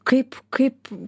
kaip kaip